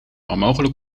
onmogelijk